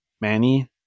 Manny